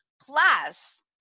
Plus